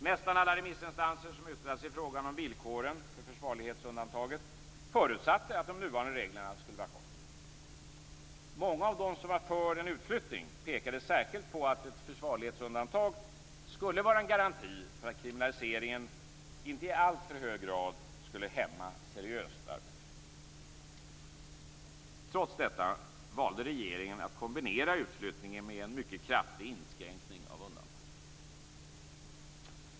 Nästan alla remissinstanser som yttrade sig i frågan om villkoren för försvarlighetsundantaget förutsatte att de nuvarande reglerna skulle vara kvar. Många av dem som var för en utflyttning pekade särskilt på att ett försvarlighetsundantag skulle vara en garanti för att kriminaliseringen inte i alltför hög grad skulle hämma seriöst arbete. Trots detta valde regeringen att kombinera utflyttningen med en mycket kraftig inskränkning av undantaget.